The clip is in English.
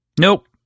nope